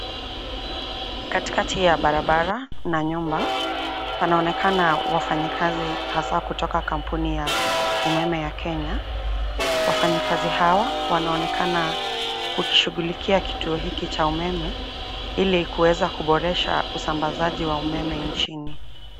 Katikati ya barabara na nyumba panaonekana wafanyikazi, hasa kutoka kampuni ya umeme ya Kenya. Wafanyikazi hawa wanaonekana kushughulikia kituo hiki cha umeme ili kuweza kuboresha usambazaji wa umeme nchini.